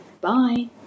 Bye